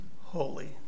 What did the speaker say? holy